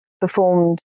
performed